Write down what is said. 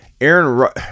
Aaron